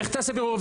איך תעשה בירור?